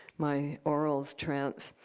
my orals trance,